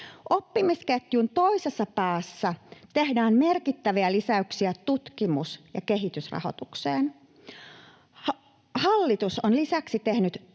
Oppimisketjun toisessa päässä tehdään merkittäviä lisäyksiä tutkimus- ja kehitysrahoitukseen. Hallitus on lisäksi tehnyt